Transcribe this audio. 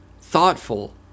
thoughtful